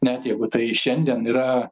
net jeigu tai šiandien yra